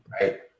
right